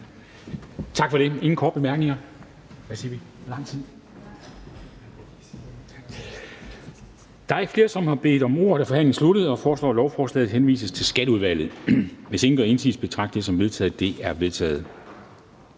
Tak for det. Der er ingen korte bemærkninger. Da der ikke er flere, der har bedt om ordet, er forhandlingen sluttet. Jeg foreslår, at forslaget henvises til Skatteudvalget. Hvis ingen gør indsigelse, betragter jeg dette som vedtaget. Det er vedtaget.